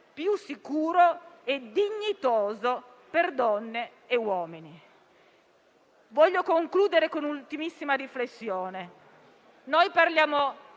più sicuro e dignitoso per donne e uomini. Voglio concludere con un'ultimissima riflessione. Parliamo